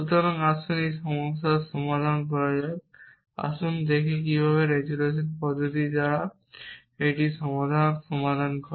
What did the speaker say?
সুতরাং আসুন এই সমস্যার সমাধান করা যাক আসুন দেখি কিভাবে রেজোলিউশন পদ্ধতি এই সমস্যার সমাধান করে